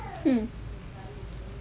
mm